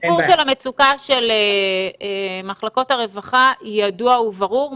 הסיפור של המצוקה של מחלקות הרווחה ידוע וברור.